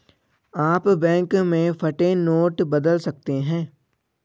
आप बैंक में फटे नोट बदल सकते हैं